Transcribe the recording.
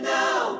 now